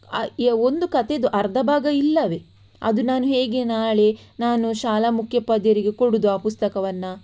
ಆ ಒಂದು ಕತೆಯದು ಅರ್ಧ ಭಾಗ ಇಲ್ಲವೇ ಅದು ನಾನು ಹೇಗೆ ನಾಳೆ ನಾನು ಶಾಲಾ ಮುಖ್ಯೋಪಾಧ್ಯಾಯರಿಗೆ ಕೊಡುವುದು ಆ ಪುಸ್ತಕವನ್ನು